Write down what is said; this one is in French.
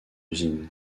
usine